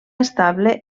estable